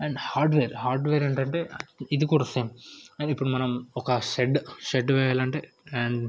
and hardware hardware ఏంటంటే ఇది కూడా సేమ్ అది ఇప్పుడు మనం ఒక షెడ్ షెడ్ వేయాలి అంటే అండ్